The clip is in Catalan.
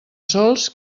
sols